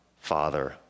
Father